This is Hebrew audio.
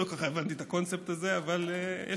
לא כך הבנתי את הקונספט הזה, אבל ישבתי.